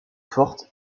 fortes